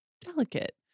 delicate